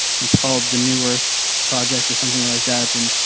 it's called the new earth project or something like that. and,